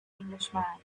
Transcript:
englishman